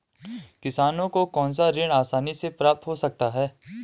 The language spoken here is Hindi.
किसानों को कौनसा ऋण आसानी से प्राप्त हो सकता है?